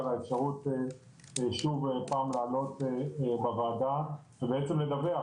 על האפשרות שוב פעם לעלות בוועדה ובעצם לדווח